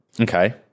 okay